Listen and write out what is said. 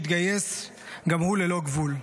שהתגייס גם הוא ללא גבול,